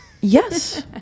Yes